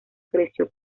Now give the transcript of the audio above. creció